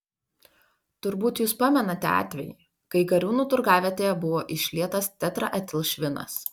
turbūt jūs pamenate atvejį kai gariūnų turgavietėje buvo išlietas tetraetilšvinas